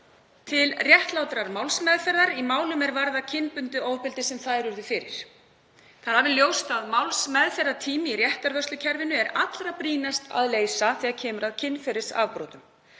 til réttlátrar málsmeðferðar í málum er varða kynbundið ofbeldi sem þær urðu fyrir. Það er alveg ljóst að málsmeðferðartíma í réttarvörslukerfinu er allra brýnast að leysa þegar kemur að kynferðisafbrotum.